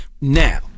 now